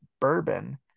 Bourbon